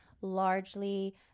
largely